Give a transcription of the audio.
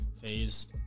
phase